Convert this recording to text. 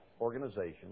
organization